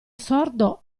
sordo